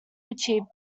achieve